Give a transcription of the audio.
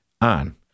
on